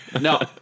No